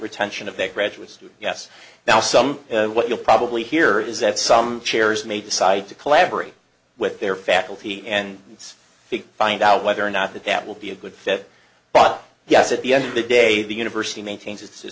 retention of a graduate student yes now some what you'll probably hear is that some chairs may decide to collaborate with their faculty and it's find out whether or not that that will be a good fit but yes at the end of the day the university maintains it